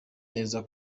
neza